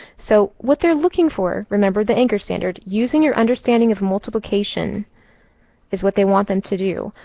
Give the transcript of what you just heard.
so what they're looking for, remember the anchor standard, using your understanding of multiplication is what they want them to do.